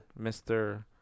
Mr